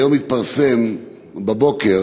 היום בבוקר